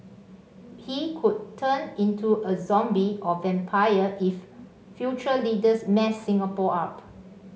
he could turn into a zombie or vampire if future leaders mess Singapore up